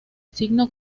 signo